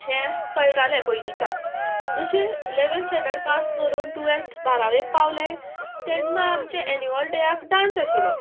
हें कळटालें पयलींच्यान जशें लेवेन्थ स्टँडर्ड पास करून टुवेल्थ बारावेक पावले तेन्ना आमचे एन्युअल डेयाक डांस आशिल्लो